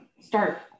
start